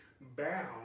bound